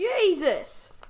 Jesus